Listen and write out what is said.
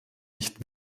nicht